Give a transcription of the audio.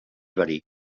verí